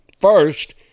first